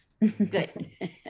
Good